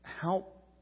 help